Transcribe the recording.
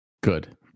Good